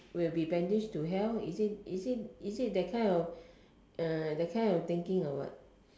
will be banished to hell is it is it is it that kind of uh that kind of thinking or not